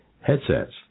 headsets